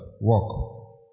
walk